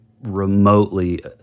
remotely